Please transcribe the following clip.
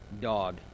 Dog